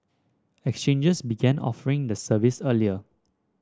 exchanges began offering the service earlier